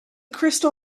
crystal